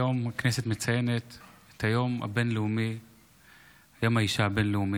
היום הכנסת מציינת את יום האישה הבין-לאומי.